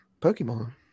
Pokemon